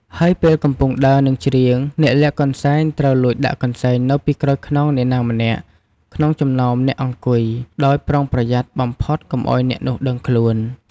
ហើយពេលកំពុងដើរ និងច្រៀង អ្នកលាក់កន្សែងត្រូវ លួចដាក់កន្សែង នៅពីក្រោយខ្នងអ្នកណាម្នាក់ក្នុងចំណោមអ្នកអង្គុយ ដោយប្រុងប្រយ័ត្នបំផុតកុំឱ្យអ្នកនោះដឹងខ្លួន។